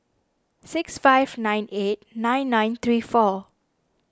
six five nine eight nine nine three four